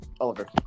Oliver